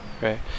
right